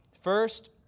First